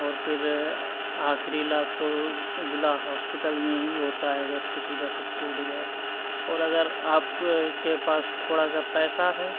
اور پھر آخری علاج تو ضلع ہوسپٹل میں ہی ہوتا ہے اگر کسی کا کچھ ٹوٹ گیا اور اگر آپ کے پاس تھوڑا سا پیسہ ہے